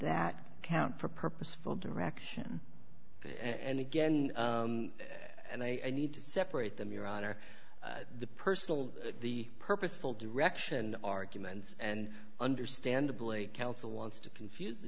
that count for purposeful direction and again and i need to separate them your honor the personal the purposeful direction arguments and understandably counsel wants to confuse the